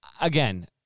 again